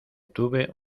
tuve